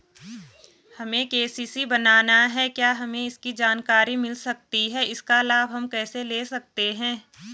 हमें के.सी.सी बनाना है क्या हमें इसकी जानकारी मिल सकती है इसका लाभ हम कैसे ले सकते हैं?